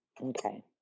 Okay